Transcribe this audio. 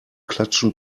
klatschen